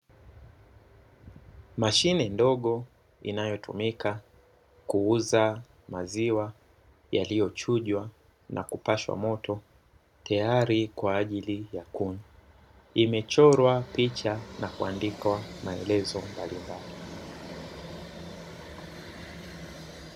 Mashine ndogo inayotumika kuuza maziwa yaliyochunjwa na kupashwa moto tiari kwa ajili ya kunywa, imechorwa picha na kuandikwa maelezo mbalimbali.